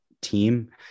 team